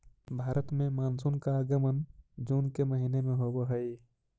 भारत में मानसून का आगमन जून के महीने में होव हई